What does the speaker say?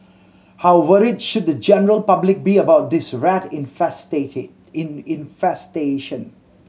how worried should the general public be about this rat infestation